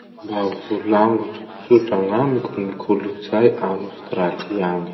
Mba volagno tsotsotra gn'amiko hoe gny kolotsay an'Australie agny?